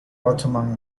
ottoman